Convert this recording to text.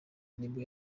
nibwo